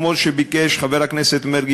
כמו שביקש חבר הכנסת מרגי,